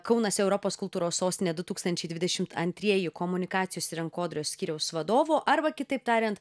kaunas europos kultūros sostinė du tūkstančiai dvidešimt antrieji komunikacijos rinkodaros skyriaus vadovu arba kitaip tariant